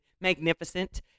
magnificent